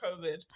COVID